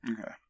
okay